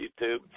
YouTube